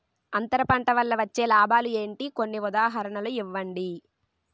అంతర పంట వల్ల వచ్చే లాభాలు ఏంటి? కొన్ని ఉదాహరణలు ఇవ్వండి?